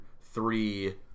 Three